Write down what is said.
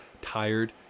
tired